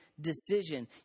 decision